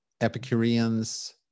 Epicureans